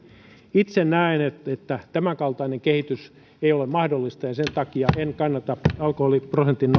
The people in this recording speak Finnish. itse näen että tämänkaltainen kehitys ei ole mahdollinen ja sen takia en kannata alkoholiprosentin